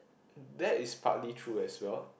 that is partly true as well